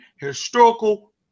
historical